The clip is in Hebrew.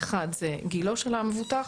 האחד זה גילו של המבוטח,